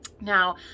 Now